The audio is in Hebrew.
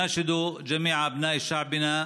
(אומר בערבית: אנו קוראים לכל בני עמנו,